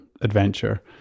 adventure